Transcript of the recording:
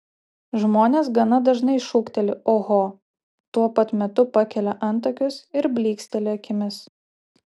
žmonės gana dažnai šūkteli oho tuo pat metu pakelia antakius ir blyksteli akimis